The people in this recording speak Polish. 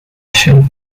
się